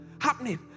Happening